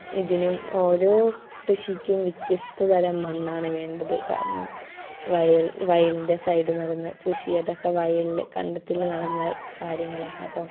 ഇതിനും ഓരോ കൃഷിക്കും വ്യത്യസ്ത തരം മണ്ണാണ് വേണ്ടത് കാരണം വയൽ വയലിൻ്റെ സൈഡ് നടന്നു കൃഷി അതൊക്കെ വയലിൽ കണ്ടത്തിൽ നടന്ന കാര്യങ്ങളാണ് അപ്പം